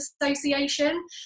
Association